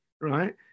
right